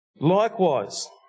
Likewise